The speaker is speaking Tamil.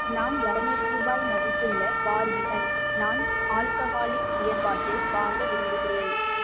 நான் இரநூறு ரூபாய் மதிப்புள்ள Barbican non alcoholic beer bottle வாங்க விரும்புகிறேன்